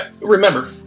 Remember